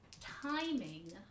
timing